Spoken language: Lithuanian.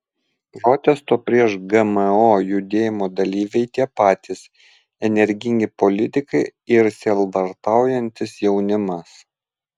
protesto prieš gmo judėjimo dalyviai tie patys energingi politikai ir sielvartaujantis jaunimas